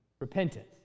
repentance